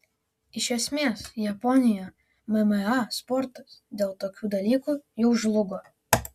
iš esmės japonijoje mma sportas dėl tokių dalykų jau žlugo